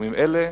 בתחומים אלה.